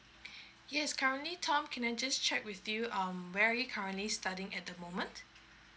yes currently tom can I just check with you um where are you currently studying at the moment